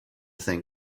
think